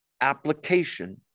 application